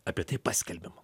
apie tai paskelbiama